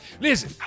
listen